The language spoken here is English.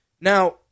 Now